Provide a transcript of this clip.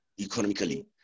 economically